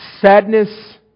sadness